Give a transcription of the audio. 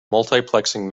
multiplexing